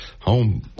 home